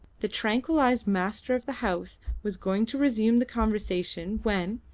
the tranquillised master of the house was going to resume the conversation when,